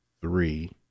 three